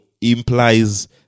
implies